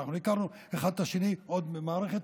והכרנו אחד את השני עוד מהמערכת,